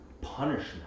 punishment